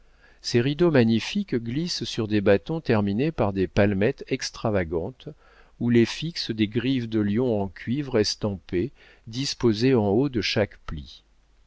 ces rideaux magnifiques glissent sur des bâtons terminés par des palmettes extravagantes où les fixent des griffes de lion en cuivre estampé disposées en haut de chaque pli